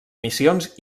missions